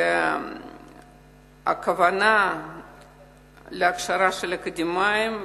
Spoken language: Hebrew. והכוונה להכשרה של אקדמאים,